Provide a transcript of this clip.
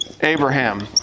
Abraham